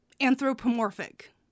anthropomorphic